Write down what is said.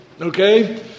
Okay